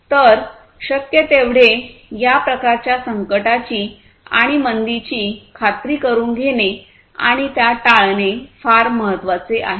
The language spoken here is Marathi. तर शक्य तेवढे या प्रकारच्या संकटाची आणि मंदीची खात्री करुन घेणे आणि त्या टाळणे फार महत्वाचे आहे